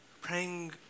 praying